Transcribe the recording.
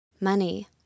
money